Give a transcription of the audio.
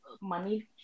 money